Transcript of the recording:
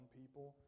people